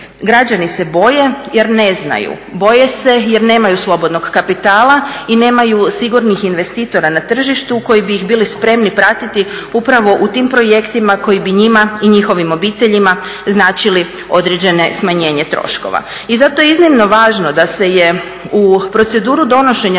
Građani se boje jer ne znaju, boje se jer nemaju slobodnog kapitala i nemaju sigurnih investitora na tržištu koji bi ih bili spremni pratiti upravo u tim projektima koji bi njima i njihovim obiteljima značili određeno smanjenje troškova. I zato je iznimno važno da se je u proceduru donošenja